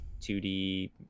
2d